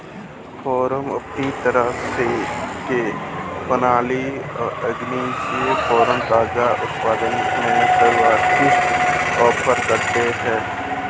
farm अपनी तरह के और प्रमाणित ऑर्गेनिक फ़ार्म ताज़ा उत्पादों में सर्वश्रेष्ठ ऑफ़र करते है